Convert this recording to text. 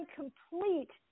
complete